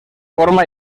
forma